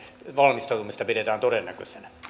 valmistautumista pidetään todennäköisenä